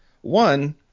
one